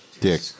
dick